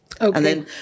Okay